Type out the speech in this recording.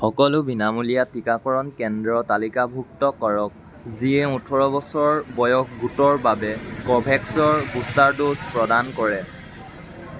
সকলো বিনামূলীয়া টীকাকৰণ কেন্দ্ৰ তালিকাভুক্ত কৰক যিয়ে ওঠৰ বছৰ বয়স গোটৰ বাবে ক'ভেক্সৰ বুষ্টাৰ ড'জ প্ৰদান কৰে